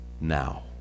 now